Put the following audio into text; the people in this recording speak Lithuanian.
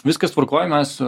viskas tvarkoj mes